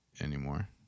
anymore